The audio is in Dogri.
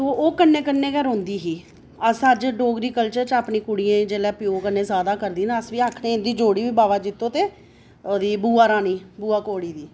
ओह् कन्नै कन्नै गै रौंह्दी ही अस अपने डोगरी कल्चर च अपनी कुड़ियें गी जेल्लै प्योऽ कन्नै ज्यादा करदियां न तां अस बी आक्खने कि इं'दी जोड़ी बी बावा जित्तो ते ओह् बूआ रानी बूआ कौड़ी दी